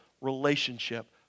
relationship